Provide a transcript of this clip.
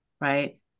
right